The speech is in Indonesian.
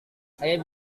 saya